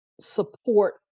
support